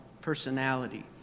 personality